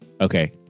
Okay